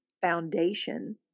foundation